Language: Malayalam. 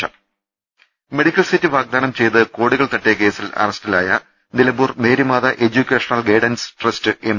ൾ മെഡിക്കൽ സീറ്റ് വാഗ്ദാനം ചെയ്ത് കോടികൾ തട്ടിയ കേസിൽ അറസ്റ്റിലായ Nilambur Marymata education guidance trust M